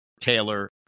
Taylor